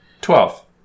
Twelve